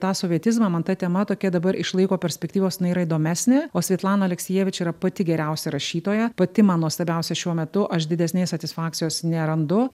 tą sovietizmą man ta tema tokia dabar iš laiko perspektyvos jinai yra įdomesnė o svetlana aleksijevič yra pati geriausia rašytoja pati man nuostabiausia šiuo metu aš didesnės satisfakcijos nerandu